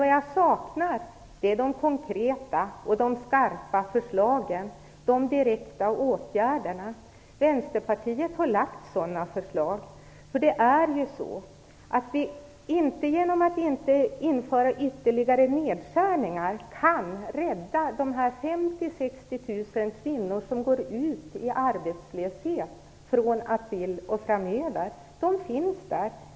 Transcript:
Däremot saknar jag de konkreta och skarpa förslagen - de direkta åtgärderna. Vänsterpartiet har lagt fram sådana förslag. Det är ju så att vi inte genom att inte införa ytterligare nedskärningar kan rädda de 50 000-60 000 kvinnor som går ut i arbetslöshet från april och framöver - de finns där.